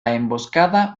emboscada